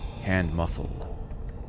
Hand-muffled